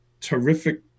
terrific